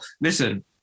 listen